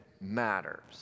matters